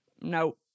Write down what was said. No